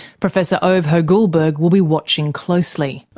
professor ove hoegh-guldberg will be watching closely.